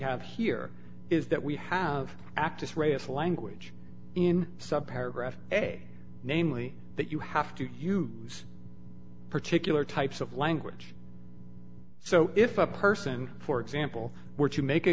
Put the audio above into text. have here is that we have actress race language in sub paragraph namely that you have to use particular types of language so if a person for example were to make a